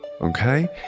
okay